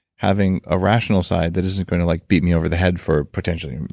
having a rational side that isn't gonna like beat me over the head for potentially,